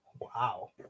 Wow